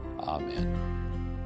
Amen